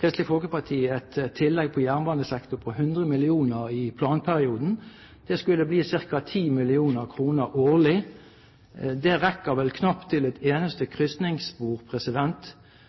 Kristelig Folkeparti et tillegg på jernbanesektoren på 100 mill. kr i planperioden. Det skulle bli ca. 10 mill. kr årlig. Det rekker vel knapt til et eneste krysningsspor.